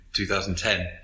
2010